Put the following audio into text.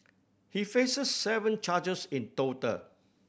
he faces seven charges in total